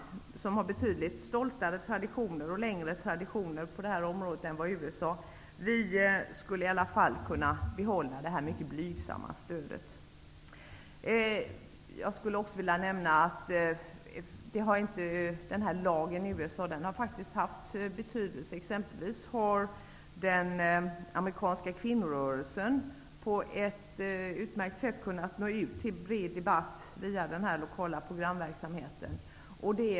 Vi i Sverige, som har betydligt stoltare och längre traditioner på detta område än USA, borde kunna behålla det här mycket blygsamma stödet. Nämnda lag i USA har faktiskt haft betydelse exempelvis för den amerikanska kvinnorörelsen, som på ett utmärkt sätt har kunnat gå ut med en bred debatt via den här lokala programverksamheten.